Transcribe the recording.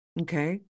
Okay